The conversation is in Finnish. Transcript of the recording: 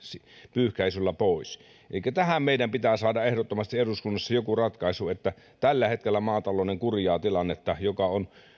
pyyhkäisyllä pois elikkä tähän meidän pitää saada ehdottomasti eduskunnassa jokin ratkaisu sillä maatalouden kurja tilanne joka on